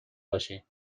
باشی